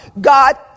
God